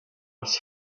its